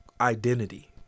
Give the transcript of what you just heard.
identity